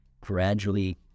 gradually